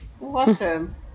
Awesome